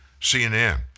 CNN